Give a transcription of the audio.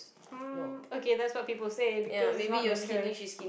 um okay that's what people say because is not only her